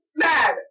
mad